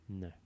No